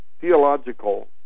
theological